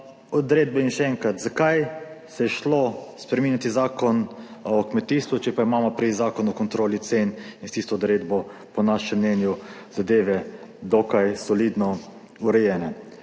odredbo. In še enkrat, zakaj se je šlo spreminjati Zakon o kmetijstvu, če pa imamo pri Zakonu o kontroli cen in s tisto odredbo po našem mnenju zadeve dokaj solidno urejene?